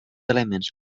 elements